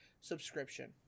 subscription